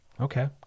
Okay